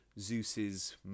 Zeus's